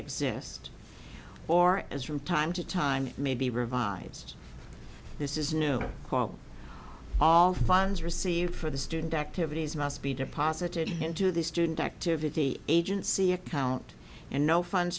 exist or as from time time may be revived this is new all funds received for the student activities must be deposited into the student activity agency account and no fun